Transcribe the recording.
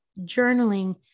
journaling